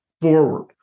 forward